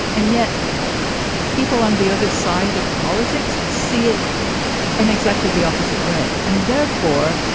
and yet people on the other side of politics see it in exactly the opposite way. and therefore,